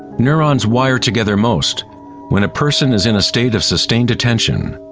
neurons wire together most when a person is in a state of sustained attention.